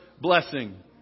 blessing